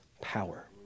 power